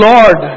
Lord